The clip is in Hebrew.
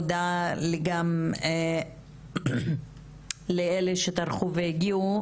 אני מודה גם לאלו שטרחו והגיעו.